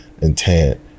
intent